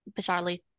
bizarrely